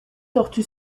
tortue